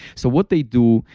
so what they do,